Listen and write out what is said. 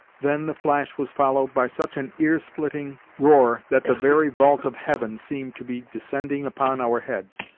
then, the flash was followed by such an ear-splitting roar that the very vault of heaven seemed to be descending upon our heads.